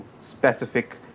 specific